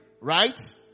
right